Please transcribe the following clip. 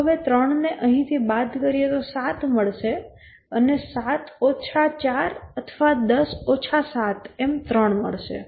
તો હવે 3 ને અહીં થી બાદ કરીએ તો 7 મળશે અને 7 4 અથવા 10 7 એમ 3 મળશે